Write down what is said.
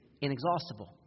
inexhaustible